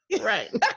Right